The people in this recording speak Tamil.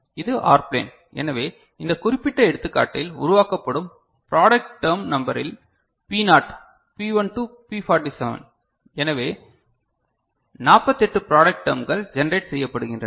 இது OR ப்ளேன் எனவே இந்த குறிப்பிட்ட எடுத்துக்காட்டில் உருவாக்கப்படும் ப்ராடெக்ட் டெர்ம் நம்பரில் P not P1 to P47 எனவே 48 ப்ராடெக்ட் டெர்ம்கள் ஜெனரேட் செய்யபடுகின்றன